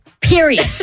Period